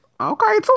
Okay